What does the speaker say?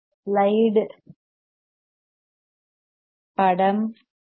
slide வடிவம் L